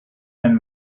and